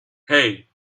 hey